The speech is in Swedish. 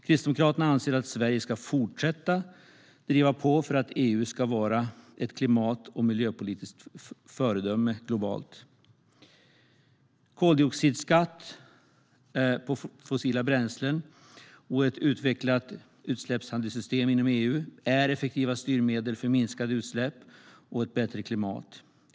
Kristdemokraterna anser att Sverige ska fortsätta att driva på för att EU ska vara ett klimat och miljöpolitiskt föredöme globalt. Koldioxidskatt på fossila bränslen och ett utvecklat utsläppshandelssystem inom EU är effektiva styrmedel för minskade utsläpp och ett bättre klimat.